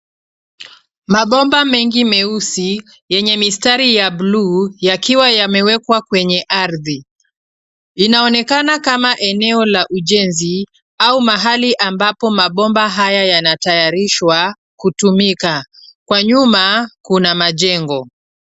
Mabomba mengi meusi yenye mistari ya bluu yakiwa yamewekwa kwenye ardhi, inaonekana kama eneo la ujenzi au mahali ambapo mabomba haya yanatayarishwa kutumika kwa nyuma kuna majengo.